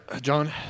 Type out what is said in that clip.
john